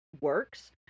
works